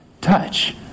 touch